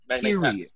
Period